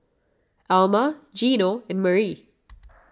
Alma Gino and Marie